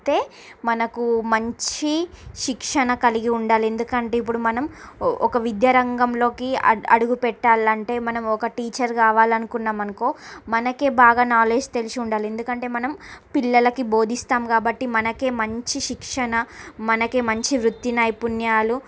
అయితే మనకు మంచి శిక్షణ కలిగి ఉండాలి ఎందుకంటే ఇప్పుడు మనం ఒక విద్యా రంగంలోకి అడు అడుగు పెట్టాలంటే మనం ఒక టీచర్ కావాలని అకున్నాము అనుకో మనకే బాగా నాలెడ్జ్ తెలిసి ఉండాలి ఎందుకంటే మనం పిల్లలకి బోధిస్తాం కాబట్టి మనకే మంచి శిక్షణ మనకే మంచి వృత్తి నైపుణ్యాలు